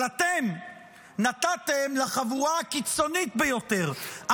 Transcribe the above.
אבל אתם נתתם לחבורה הקיצונית ביותר,